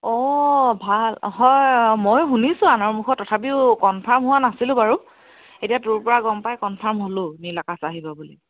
অঁ ভাল হয় ময়ো শুনিছোঁ আনৰ মুখত তথাপিও কনফাৰ্ম হোৱা নাছিলোঁ বাৰু এতিয়া তোৰপৰা গম পাই কনফাৰ্ম হ'লোঁ নীল আকাশ আহিব বুলি